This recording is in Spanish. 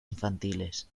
infantiles